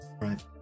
Right